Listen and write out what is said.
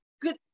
good